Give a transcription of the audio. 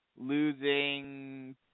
losing